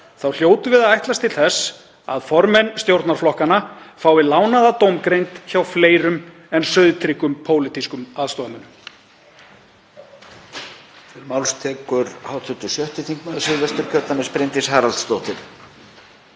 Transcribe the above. þá hljótum við að ætlast til þess að formenn stjórnarflokkanna fái lánaða dómgreind hjá fleirum en sauðtryggum pólitískum aðstoðarmönnum.